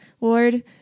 Lord